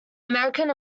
american